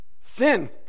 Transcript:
Sin